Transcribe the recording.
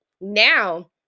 now